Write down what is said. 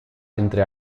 entre